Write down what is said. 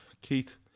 keith